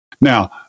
Now